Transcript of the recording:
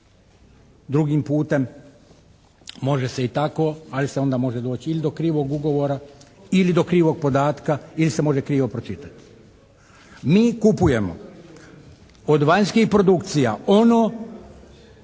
drugim putem. Može se i tako ali se onda može doći ili do krivog ugovora ili do krivog podatka ili se može krivo pročitati. Mi kupujemo od vanjskih produkcija ono